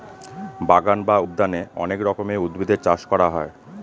বাগান বা উদ্যানে অনেক রকমের উদ্ভিদের চাষ করা হয়